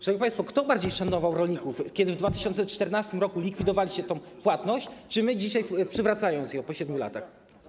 Szanowni państwo, kto bardziej szanował rolników - wy, kiedy w 2014 r. likwidowaliście tę płatność, czy my, dzisiaj przywracając ją po 7 latach?